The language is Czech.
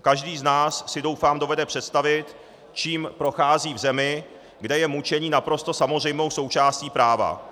Každý z nás si, doufám, dovede představit, čím prochází v zemi, kde je mučení naprosto samozřejmou součástí práva.